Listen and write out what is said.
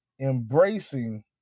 embracing